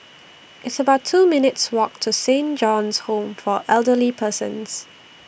It's about two minutes' Walk to Saint John's Home For Elderly Persons